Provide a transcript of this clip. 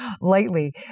lightly